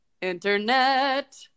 Internet